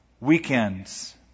weekends